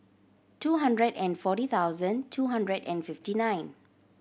two hundred and forty thousand two hundred and fifty nine